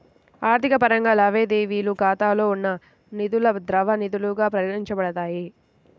ఆర్థిక పరంగా, లావాదేవీ ఖాతాలో ఉన్న నిధులుద్రవ నిధులుగా పరిగణించబడతాయి